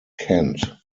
kent